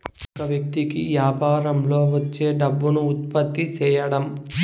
ఒక వ్యక్తి కి యాపారంలో వచ్చే డబ్బును ఉత్పత్తి సేయడం